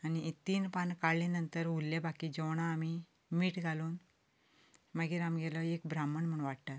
हें तीन पानां काडल्या नंतर उरलेले बाकी जेवणां आमी मीठ घालून मागीर आमगेलो एक ब्राम्हण म्हण वाडटात